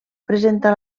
presenta